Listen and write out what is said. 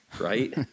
Right